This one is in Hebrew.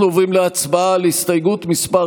אנחנו עוברים להצבעה על הסתייגות מס'